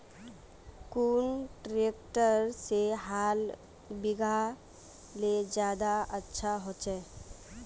कुन ट्रैक्टर से हाल बिगहा ले ज्यादा अच्छा होचए?